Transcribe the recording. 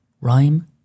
rhyme